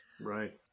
Right